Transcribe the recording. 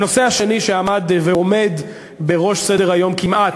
הנושא השני שעמד ועומד בראש סדר-היום, כמעט,